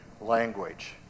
language